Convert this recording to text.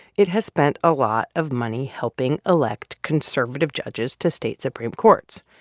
it has spent a lot of money helping elect conservative judges to state supreme courts.